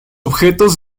objetos